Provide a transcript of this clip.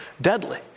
deadly